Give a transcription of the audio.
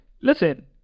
listen